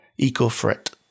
Ecofret